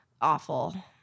awful